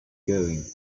going